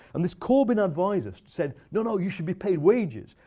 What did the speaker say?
and this corbyn adviser said, no, no. you should be paid wages.